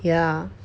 ya